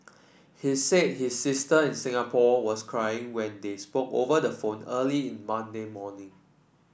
he said his sister in Singapore was crying when they spoke over the phone early on Monday morning